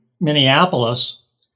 Minneapolis